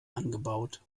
angebaut